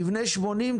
תבנה 80,